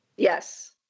Yes